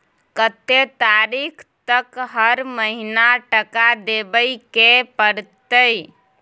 कत्ते तारीख तक हर महीना टका देबै के परतै?